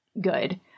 good